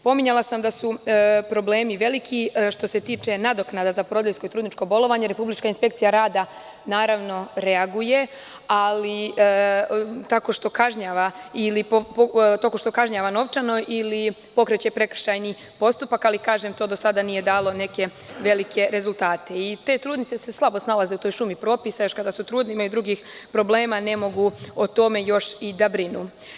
Pominjala sam da su problemi veliki, što se tiče nadoknada za porodiljsko i trudničko bolovanje, Republička inspekcija rada, naravno reaguje, ali tako što kažnjava ili novčano ili pokreće prekršajni postupak, ali kažem da to do sada nije dalo velike rezultate i te trudnice se slabo snalaze u toj šumi propisa, još kada su u tome, ne mogu još o tome da brinu.